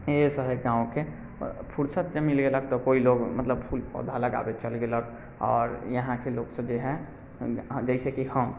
इहे सब हय गाँवके फुर्सत नहि मिलय बलाके केओ लोक मतलब फूल पौधा लगाबै चलि गेलक आओर यहाँके लोकसब जे हय जैसेकि हम